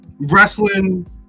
wrestling